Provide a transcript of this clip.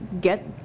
get